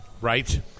Right